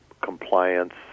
compliance